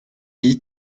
guy